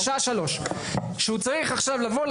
בשעה 15:00. שהוא צריך עכשיו לבוא,